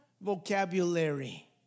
vocabulary